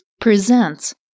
presents